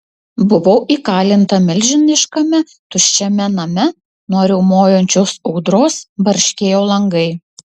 buvau įkalinta milžiniškame tuščiame name nuo riaumojančios audros barškėjo langai